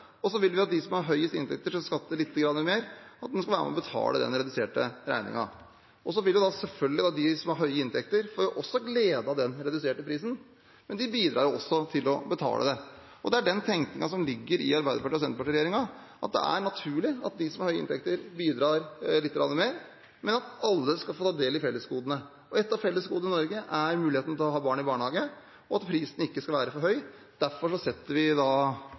Så vil vi at de som har høyest inntekter, skal skatte lite grann mer, at en skal være med og betale den reduserte regningen. Selvfølgelig vil de som har høye inntekter, også få glede av den reduserte prisen, men de bidrar også til å betale det, og det er den tenkningen som ligger i Arbeiderparti–Senterparti-regjeringen. Det er naturlig at de som har høye inntekter, bidrar lite grann mer, men at alle skal få ta del i fellesgodene. Et av fellesgodene i Norge er muligheten til å ha barn i barnehage, og at prisen ikke skal være for høy. Derfor setter vi